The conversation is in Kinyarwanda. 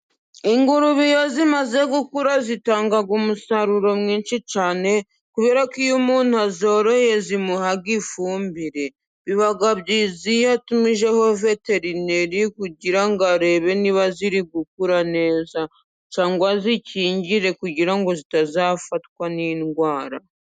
Ingurube iyo zimaze gukura zitanga umusaruro mwinshi cyane, kubera ko iyo umuntu azoroye zimuha ifumbire, biba byiza iyo atumijeho veterineri, kugira ngo arebe niba ziri gukura neza cyangwa azikingire, kugira ngo zitazafatwa n'indwara.